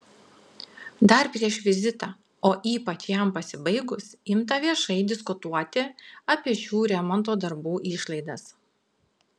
dar prieš vizitą o ypač jam pasibaigus imta viešai diskutuoti apie šių remonto darbų išlaidas